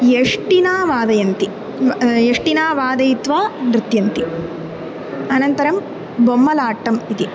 यष्टिना वादयन्ति यष्टिना वादयित्वा नृत्यन्ति अनन्तरं बोम्मलाट्टम् इति